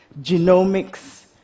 Genomics